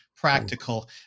practical